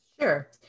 Sure